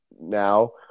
now